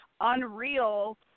unreal